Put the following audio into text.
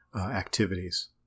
activities